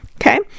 Okay